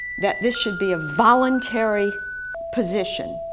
that this should be a voluntary position,